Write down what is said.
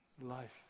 life